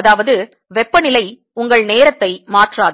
அதாவது வெப்பநிலை உங்கள் நேரத்தை மாற்றாது